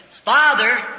father